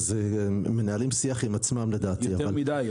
הם מנהלים שיח עם עצמם -- יותר מדי,